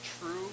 true